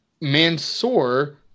Mansoor